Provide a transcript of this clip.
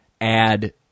add